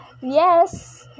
Yes